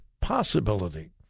possibility